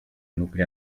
nucli